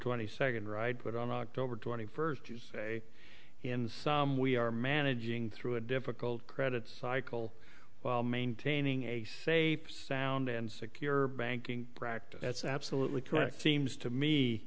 twenty second right put on october twenty first you say in some we are managing through a difficult credit cycle while maintaining a safe sound and secure banking practice that's absolutely correct seems to me